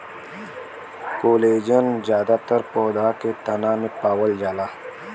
collagen जादातर पौधा के तना में पावल जाला